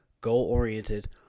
goal-oriented